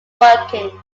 working